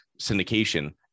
syndication